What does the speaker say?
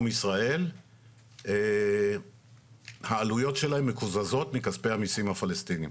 ישראל העלויות שלהם מקוזזות מכספי המיסים הפלסטינים.